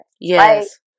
Yes